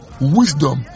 wisdom